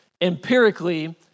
empirically